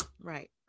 Right